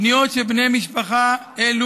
פניות של בני משפחה אלו